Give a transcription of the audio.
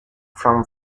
from